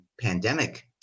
pandemic